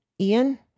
Ian